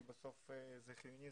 כי בסוף זה חיוני,